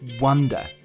wonder